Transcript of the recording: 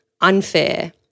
unfair